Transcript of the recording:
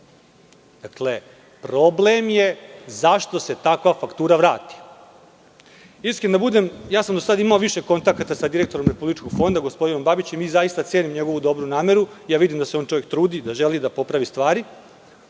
Dakle, problem je zašto se takva faktura vrati. Iskren da budem, ja sam do sada imao više kontakata sa direktorom Republičkog fonda, gospodinom Babićem i zaista cenim njegovu dobru nameru i vidim da se on čovek trudi i da želi da popravi stvari.